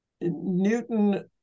newton